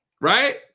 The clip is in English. right